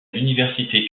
l’université